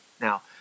Now